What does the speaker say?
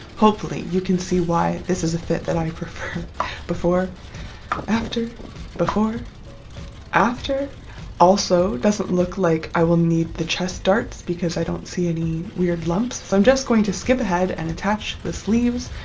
hopefully you can see why this is a fit that i prefer before after before after also, it doesn't look like i will need the chest darts because i don't see any weird lumps so i'm just going to skip ahead and attach the sleeves.